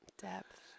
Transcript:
depth